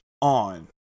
on